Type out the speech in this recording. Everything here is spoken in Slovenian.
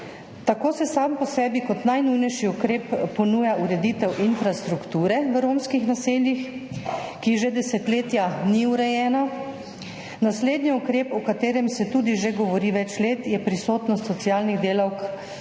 Tako se sam po sebi kot najnujnejši ukrep ponuja ureditev infrastrukture v romskih naseljih, ki že desetletja ni urejena. Naslednji ukrep, o katerem se tudi govori že več let, je prisotnost socialnih delavk in